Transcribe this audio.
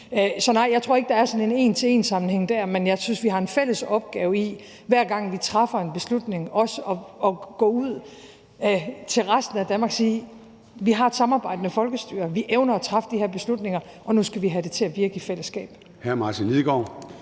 Så nej, jeg tror ikke, der dér er sådan en en til en-sammenhæng. Men jeg synes også, vi har en fælles opgave i, hver gang vi træffer en beslutning, at gå ud til resten af Danmark og sige: Vi har et samarbejdende folkestyre, vi evner at træffe de her beslutninger, og nu skal vi have det til at virke i fællesskab.